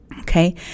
okay